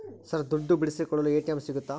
Sir ದುಡ್ಡು ಬಿಡಿಸಿಕೊಳ್ಳಲು ATM ಸಿಗುತ್ತಾ?